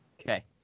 Okay